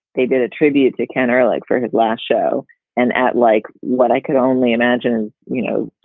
they did a tribute to ken or like for his last show and at like what i could only imagine. you know